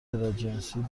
تراجنسی